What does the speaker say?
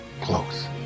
close